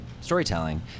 storytelling